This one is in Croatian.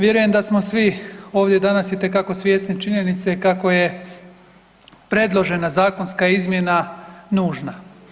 Vjerujem da smo svi ovdje danas itekako svjesni činjenice kako je predložena zakonska izmjena nužna.